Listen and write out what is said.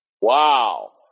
Wow